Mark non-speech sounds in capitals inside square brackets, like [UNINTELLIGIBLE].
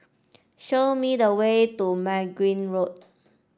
show me the way to [UNINTELLIGIBLE] Road